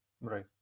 Right